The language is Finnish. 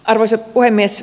arvoisa puhemies